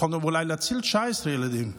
יכולנו אולי להציל 19 ילדים,